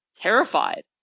terrified